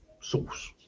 sauce